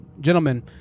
Gentlemen